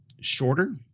shorter